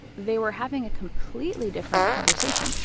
they were having a completely different conversation.